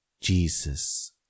Jesus